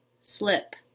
Slip